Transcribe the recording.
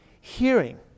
hearing